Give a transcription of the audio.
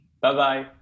Bye-bye